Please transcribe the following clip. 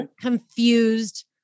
confused